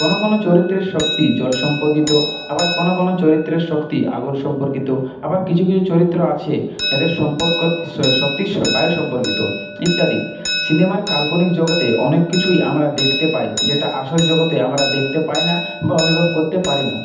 কোনো কোনো চরিত্রের শক্তি জল সম্পর্কিত আবার কোনো কোনো চরিত্রের শক্তি আগুন সম্পর্কিত আবার কিছু কিছু চরিত্র আছে এদের সম্পর্ক শক্তি বায়ু সম্পর্কিত ইত্যাদি সিনেমার কাল্পনিক জগতে অনেক কিছুই আমরা দেখতে পাই যেটা আসল জগতে আমরা দেখতে পাই না বা অনুভব করতে পারি না